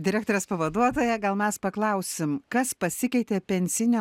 direktorės pavaduotoją gal mes paklausim kas pasikeitė pensinio